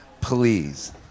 please